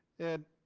at